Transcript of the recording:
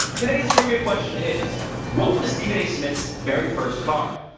today's trivia question is what was stephen a smith's very first car?